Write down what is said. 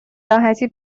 راحتی